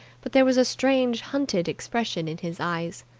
but there was a strange hunted expression in his eyes.